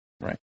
Right